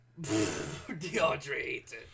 DeAndre